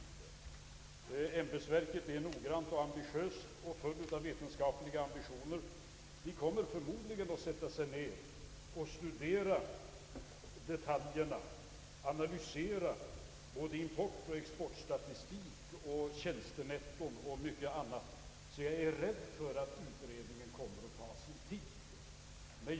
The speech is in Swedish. äÄmbetsverket är noggrant och fullt av vetenskaplig ambition, och det kommer nog att detaljanalysera både importoch exportstatistik, tjänstenetto och mycket annat, så jag är rädd för att utredningen kommer att ta sin tid.